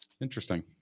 Interesting